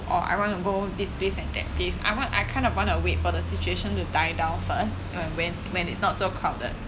or I want to go this place and that place I want I kind of wanna wait for the situation to die down first or when when it's not so crowded